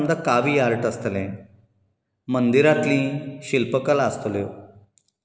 समजा कावी आर्ट आसतलें मंदिरातलीं शिल्पकला आसतल्यो